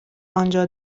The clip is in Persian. آنجا